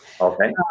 Okay